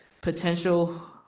potential